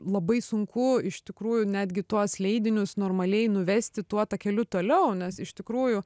labai sunku iš tikrųjų netgi tuos leidinius normaliai nuvesti tuo takeliu toliau nes iš tikrųjų